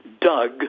Doug